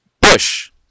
Bush